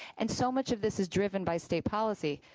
and so much of this is driven by state policy.